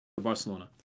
Barcelona